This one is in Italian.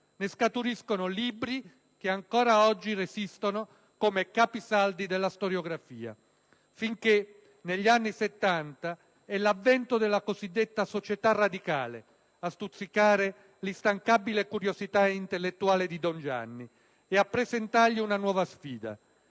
Ne scaturiscono libri che ancora oggi resistono come capisaldi della storiografia. Finché, negli anni Settanta, è l'avvento della cosiddetta "società radicale" a stuzzicare l'instancabile curiosità intellettuale di don Gianni e a presentargli una nuova sfida.